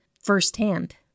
firsthand